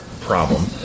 problem